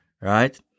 Right